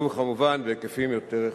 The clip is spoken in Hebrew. וכמובן בהיקפים יותר רחבים.